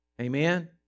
Amen